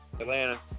Atlanta